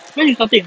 when you starting